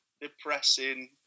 depressing